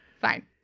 fine